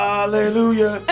Hallelujah